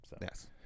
Yes